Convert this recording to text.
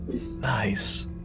nice